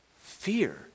fear